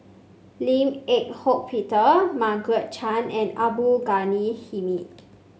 Lim Eng Hock Peter Margaret Chan and Abdul Ghani Hamid